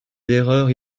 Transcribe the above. d’erreur